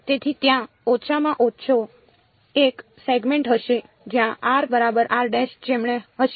તેથી ત્યાં ઓછામાં ઓછો એક સેગમેન્ટ હશે જ્યાં r બરાબર જમણે હશે